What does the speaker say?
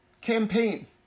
campaign